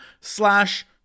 slash